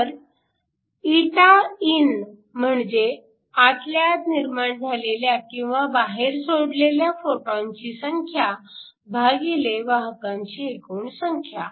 तर ηin म्हणजे आतल्या आत निर्माण झालेल्या किंवा बाहेर सोडलेल्या फोटॉनची संख्या भागिले वाहकांची एकूण संख्या